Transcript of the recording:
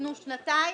תתנו שנתיים?